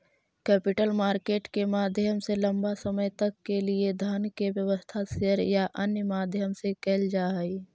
capital market के माध्यम से लंबा समय तक के लिए धन के व्यवस्था शेयर या अन्य माध्यम से कैल जा हई